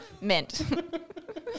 mint